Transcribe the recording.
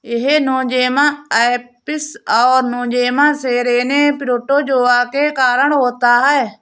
यह Nosema apis और Nosema ceranae protozoa के कारण होता है